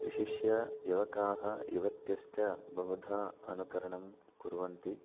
विशिष्य युवकाः युवतयश्च बहुधा अनुकरणं कुर्वन्ति